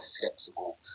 flexible